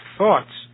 thoughts